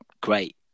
great